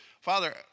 Father